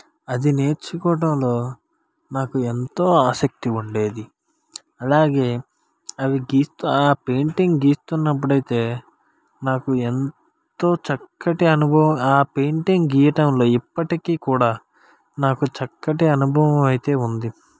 అది నేర్చుకోవటంలో నాకు ఎంతో ఆసక్తి ఉండేది అలాగే అవి గీస్తూ ఆ పెయింటింగ్ గీస్తున్నప్పుడు అయితే నాకు ఎంతో చక్కటి అనుభవం ఆ పెయింటింగ్ గీయటంలో ఇప్పటికీ కూడా నాకు చక్కటి అనుభవము అయితే ఉంది